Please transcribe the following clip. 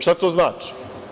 Šta to znači?